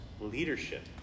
leadership